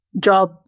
job